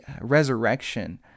resurrection